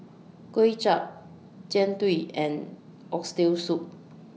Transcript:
Kway Chap Jian Dui and Oxtail Soup